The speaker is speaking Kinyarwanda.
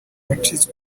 uwacitse